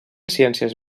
ciències